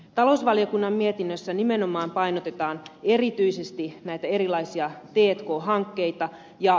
talousvaliokunnan mietinnössä nimenomaan painotetaan erityisesti näitä erilaisia t k hankkeita